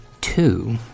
Two